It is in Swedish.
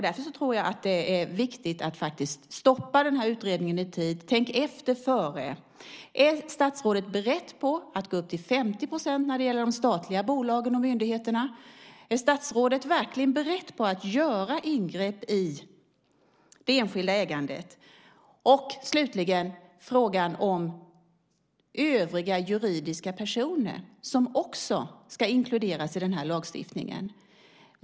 Därför tror jag att det är viktigt att faktiskt stoppa den här utredningen i tid. Tänk efter före! Är statsrådet beredd att gå upp till 50 % när det gäller de statliga bolagen och myndigheterna? Är statsrådet verkligen beredd att göra ingrepp i det enskilda ägandet? Slutligen har vi frågan om övriga juridiska personer, som också ska inkluderas i den här lagstiftningen.